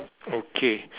okay